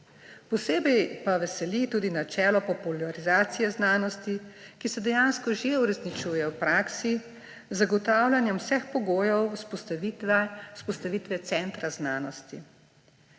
posebej pa nas veseli tudi načelo popularizacije znanosti, ki se dejansko že uresničuje v praksi z zagotavljanjem vseh pogojev za vzpostavitev centra znanosti.